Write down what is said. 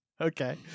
Okay